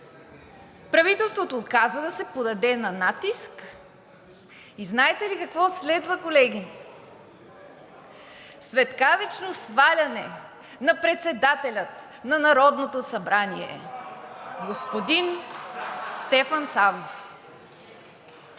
Правителството отказва да се поддаде на натиск и знаете ли какво следва, колеги? Светкавично сваляне на председателя на Народното събрание господин Стефан Савов.